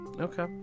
Okay